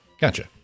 Gotcha